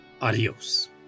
adios